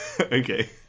Okay